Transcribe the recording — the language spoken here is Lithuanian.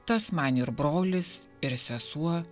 tas man ir brolis ir sesuo